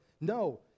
No